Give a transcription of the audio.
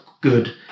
good